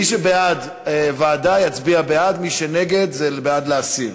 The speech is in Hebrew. מי שבעד ועדה, יצביע בעד, ומי שנגד, זה בעד להסיר.